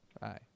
Bye